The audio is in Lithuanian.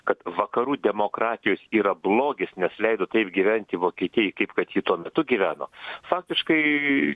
kad vakarų demokratijos yra blogis nes leido taip gyventi vokietijai kaip kad ji tuo metu gyveno faktiškai